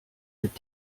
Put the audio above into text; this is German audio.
mit